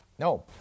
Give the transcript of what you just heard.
No